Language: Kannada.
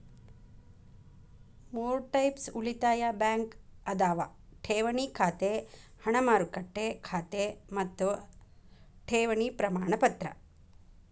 ಮೂರ್ ಟೈಪ್ಸ್ ಉಳಿತಾಯ ಬ್ಯಾಂಕ್ ಅದಾವ ಠೇವಣಿ ಖಾತೆ ಹಣ ಮಾರುಕಟ್ಟೆ ಖಾತೆ ಮತ್ತ ಠೇವಣಿ ಪ್ರಮಾಣಪತ್ರ